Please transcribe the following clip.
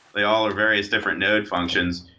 they all are various different node functions,